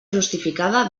justificada